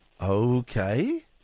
Okay